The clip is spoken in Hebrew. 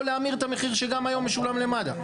להאמיר את המחיר שגם היום משולם למד"א.